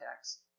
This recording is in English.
text